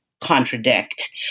contradict